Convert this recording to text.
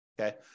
okay